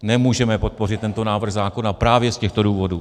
Nemůžeme podpořit tento návrh zákona právě z těchto důvodů.